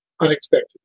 unexpectedly